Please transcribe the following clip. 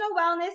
wellness